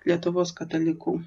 lietuvos katalikų